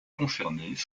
concernées